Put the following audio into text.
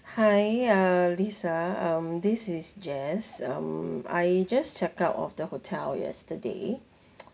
hi uh lisa um this is jaz um I just check out of the hotel yesterday